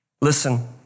Listen